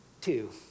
two